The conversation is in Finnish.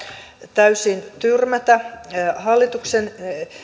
täysin tyrmätä hallituksen